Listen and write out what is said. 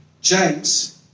James